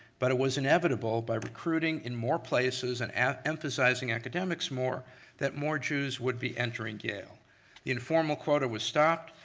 but it was inevitable by recruiting in more places and ah emphasizing academics more that more jews would be entering yale. the informal quota was stopped,